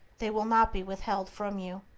they will not be withheld from you.